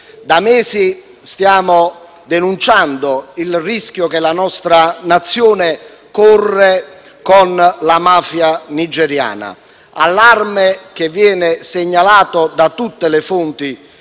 Da mesi stiamo denunciando il rischio che la nostra nazione corre con la mafia nigeriana, allarme che viene segnalato da tutte le fonti